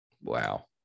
Wow